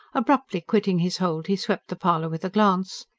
abruptly quitting his hold, he swept the parlour with a glance.